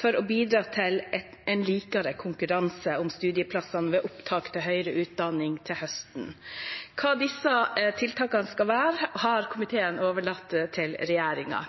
for å bidra til en likere konkurranse om studieplassene ved opptak til høyere utdanning til høsten. Hva disse tiltakene skal være, har komiteen overlatt til regjeringen.